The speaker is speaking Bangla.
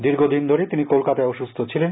দীর্ঘ দিন ধরে তিনি কোলকাতায় অসুস্থ ছিলেন